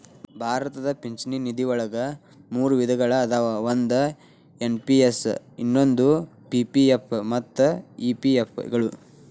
ಭಾರತದ ಪಿಂಚಣಿ ನಿಧಿವಳಗ ಮೂರು ವಿಧಗಳ ಅದಾವ ಒಂದು ಎನ್.ಪಿ.ಎಸ್ ಇನ್ನೊಂದು ಪಿ.ಪಿ.ಎಫ್ ಮತ್ತ ಇ.ಪಿ.ಎಫ್ ಗಳು